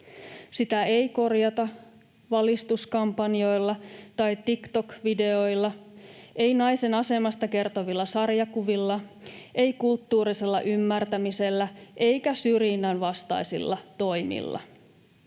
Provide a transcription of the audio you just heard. Sitä ei korjata valistuskampanjoilla tai TikTok-videoilla, ei naisen asemasta kertovilla sarjakuvilla, ei kulttuurisella ymmärtämisellä eikä syrjinnän vastaisilla toimilla.